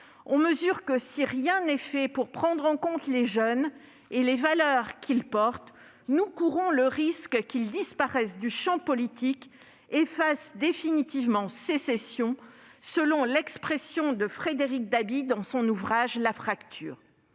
On mesure alors que si rien n'est fait pour prendre en compte les jeunes et les valeurs qu'ils portent, nous courrons le risque qu'ils disparaissent du champ politique et fassent définitivement sécession, selon l'expression de Frédéric Dabi dans son ouvrage. Il est